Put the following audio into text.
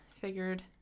figured